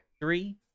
Three